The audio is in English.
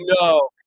No